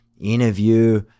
interview